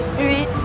Oui